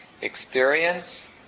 experience